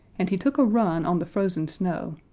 and he took a run on the frozen snow,